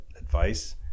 advice